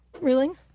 ruling